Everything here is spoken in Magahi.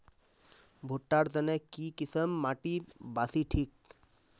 भुट्टा र तने की किसम माटी बासी ठिक?